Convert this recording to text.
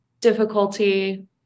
difficulty